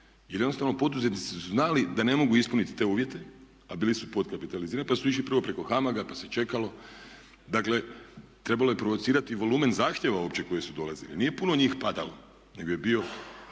jednostavno poduzetnici su znali da ne mogu ispuniti te uvjete a bili su potkapitalizirani pa su išli prvo preko HAMAG-a pa se čekalo, dakle, trebalo je provocirati volumen zahtjeva uopće koji su dolazili, nije puno njih padalo nego je bio